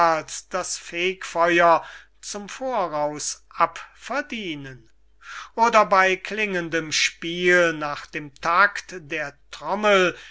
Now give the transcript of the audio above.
das fegfeuer zum voraus abverdienen oder bey klingendem spiel nach dem takt der trommel